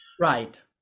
Right